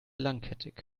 langkettig